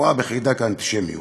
נגועה בחיידק האנטישמיות.